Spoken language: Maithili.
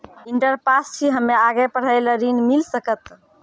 इंटर पास छी हम्मे आगे पढ़े ला ऋण मिल सकत?